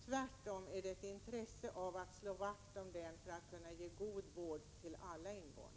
Tvärtom finns det ett intresse att slå vakt om den offentliga sektorn för att kunna ge god vård till alla invånare.